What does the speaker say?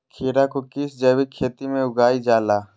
खीरा को किस जैविक खेती में उगाई जाला?